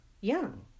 Young